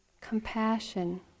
Compassion